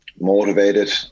motivated